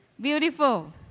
Beautiful